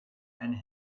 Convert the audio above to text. and